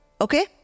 Okay